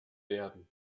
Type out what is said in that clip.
werden